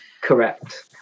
correct